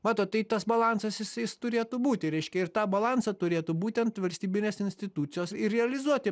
matot tai tas balansas jis jis turėtų būti reiškia ir tą balansą turėtų būtent valstybinės institucijos ir realizuoti